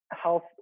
health